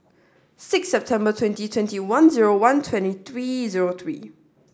six September twenty twenty one zero one twenty three zero three